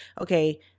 okay